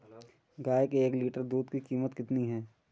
गाय के एक लीटर दूध की कीमत कितनी है?